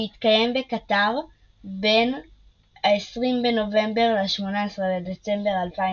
שהתקיים בקטר בין 20 בנובמבר ל-18 בדצמבר 2022,